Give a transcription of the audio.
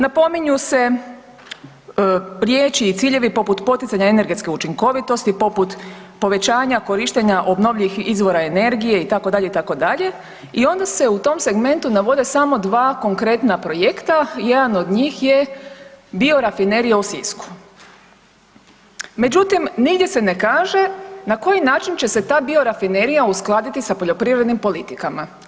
Napominju se riječi i ciljevi poput poticanja energetske učinkovitosti, poput povećanja korištenja obnovljivih izvora energije itd., itd. i onda se u tom segmentu navode samo dva konkretna projekta, jedan od njih je Biorafinerija u Sisku, međutim nigdje se ne kaže na koji način će se ta biorafinerija uskladiti sa poljoprivrednim politikama.